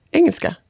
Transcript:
engelska